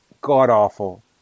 god-awful